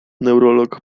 neurolog